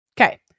Okay